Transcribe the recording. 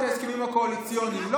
אני יודע לקרוא את ההסכמים הקואליציוניים.